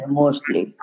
mostly